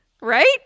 right